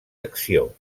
acció